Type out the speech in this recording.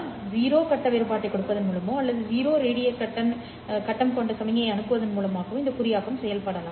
எனவே 0 கட்ட வேறுபாட்டைக் கொடுப்பதன் மூலமோ அல்லது 0 ரேடியன்களின் கட்டம் கொண்ட சமிக்ஞையை அனுப்புவதன் மூலமோ இது குறியாக்கம் செய்யப்படலாம்